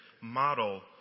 model